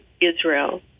Israel